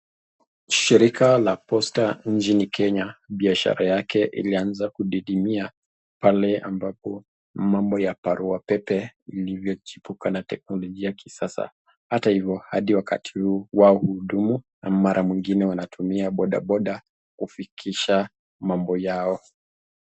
Shirika la posta nchini Kenya biashara yake ilianza kudidimia pale ambapo mambo ya barua pepe ilivyochipuka na teknolojia ya kisasa. Hata hivo mara wakati huu wao hudumu wanatumia boda boda kufikisha mambo yao.